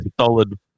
solid